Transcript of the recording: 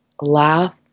laugh